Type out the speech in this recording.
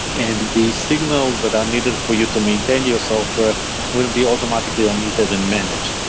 and the signals that are needed for you to maintain your software will be automatically omitted and managed.